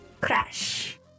crash